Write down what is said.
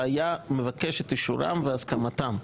והיה מבקש את אישורם והסכמתם,